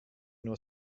nur